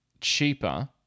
cheaper